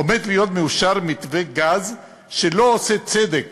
עומד להיות מאושר מתווה גז שלא עושה צדק